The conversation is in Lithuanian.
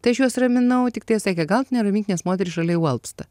tai aš juos raminau tiktai jie sakė gal tu neramink nes moteris šalia jau alpsta